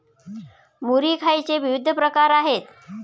मुरी खायचे विविध प्रकार आहेत